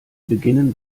beginnen